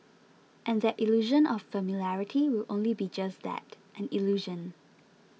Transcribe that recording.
and that illusion of familiarity will only be just that an illusion